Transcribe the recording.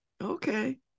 Okay